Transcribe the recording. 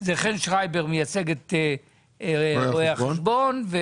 זה חן שרייבר מייצג את רואי החשבון,